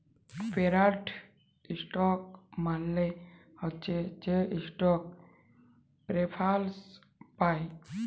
preferred stock মালে হছে সে ইস্টক প্রেফারেল্স পায়